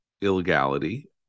illegality